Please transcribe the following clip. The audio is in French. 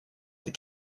des